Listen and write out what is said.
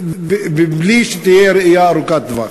בלי שתהיה ראייה ארוכת טווח.